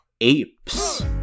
apes